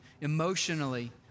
emotionally